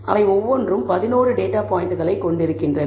அவை ஒவ்வொன்றும் 11 டேட்டா பாயிண்ட்களைக் கொண்டிருக்கின்றன